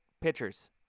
pitchers